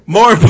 More